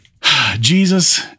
Jesus